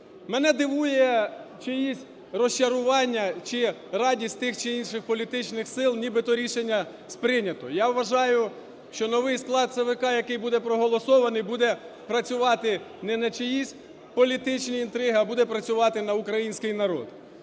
Мене дивують чиїсь розчарування чи радість тих чи інших політичних сил, нібито рішення сприйнято. Я вважаю, що новий склад ЦВК, який буде проголосований, буде працювати не на чиїсь політичні інтриги, а буде працювати на український народ.